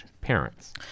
parents